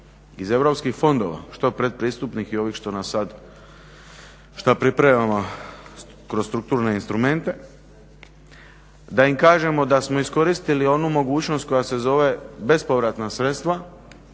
iz EU fondova što predpristupnih i ovih što sada pripremamo kroz strukturne instrumente, da im kažemo da smo iskoristili onu mogućnosti koja se zove bespovratna sredstva